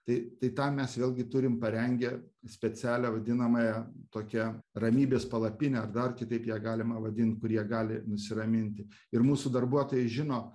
tai tai tam mes vėlgi turim parengę specialią vadinamąją tokią ramybės palapinę dar kitaip ją galima vadint kur jie gali nusiraminti ir mūsų darbuotojai žino